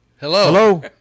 Hello